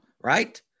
right